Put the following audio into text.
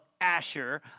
Asher